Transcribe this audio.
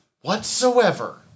whatsoever